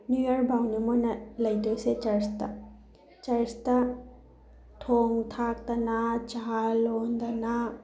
new ꯏꯌꯔꯐꯥꯎꯅꯤ ꯃꯣꯏꯅ ꯂꯩꯗꯣꯏꯁꯦ ꯆꯔꯆꯇ ꯆꯔꯆꯇ ꯊꯣꯡ ꯊꯥꯛꯇꯅ ꯆꯥ ꯂꯣꯟꯗꯅ